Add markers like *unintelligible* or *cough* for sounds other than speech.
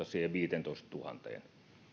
*unintelligible* siihen viiteentoistatuhanteen